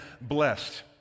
blessed